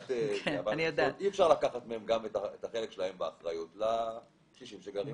אי אפשר לקחת מהם גם את החלק שלהם באחריות לקשישים שגרים ברשות.